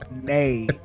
Nay